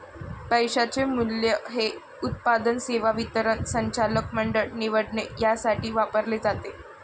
पैशाचे मूल्य हे उत्पादन, सेवा वितरण, संचालक मंडळ निवडणे यासाठी वापरले जाते